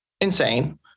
insane